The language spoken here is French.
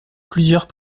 plusieurs